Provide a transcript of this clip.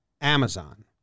Amazon